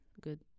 good